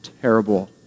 terrible